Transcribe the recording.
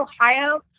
Ohio